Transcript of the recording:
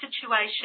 situation